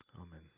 Amen